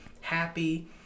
happy